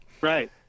Right